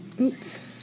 Oops